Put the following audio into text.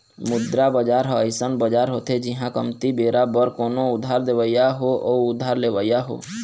मुद्रा बजार ह अइसन बजार होथे जिहाँ कमती बेरा बर कोनो उधार देवइया हो अउ उधार लेवइया हो